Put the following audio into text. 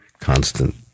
constant